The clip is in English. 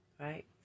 Right